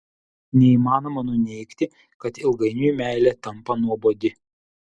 neįmanoma nuneigti kad ilgainiui meilė tampa nuobodi